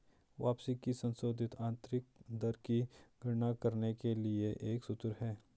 वापसी की संशोधित आंतरिक दर की गणना करने के लिए एक सूत्र है